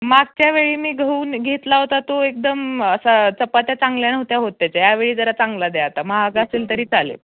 मागच्यावेळी मी गहू घेतला होता तो एकदम असा चपात्या चांगल्या न होत्या होत त्याच्या यावेळी जरा चांगला द्या आता महाग असेल तरी चालेल